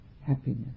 happiness